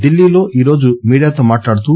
ఢిల్లీలో ఈరోజు మీడియాతో మాట్లాడుతూ